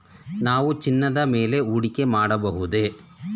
ನಾವು ಚಿನ್ನದ ಮೇಲೆ ಹೂಡಿಕೆ ಮಾಡಬಹುದೇ?